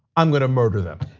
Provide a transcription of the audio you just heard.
i'm gonna murder them.